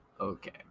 Okay